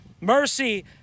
Mercy